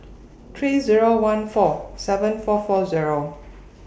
three Zero one four seven four four Zero